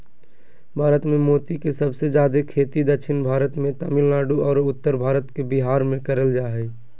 भारत मे मोती के सबसे जादे खेती दक्षिण भारत मे तमिलनाडु आरो उत्तर भारत के बिहार मे करल जा हय